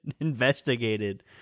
investigated